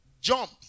jump